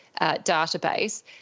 database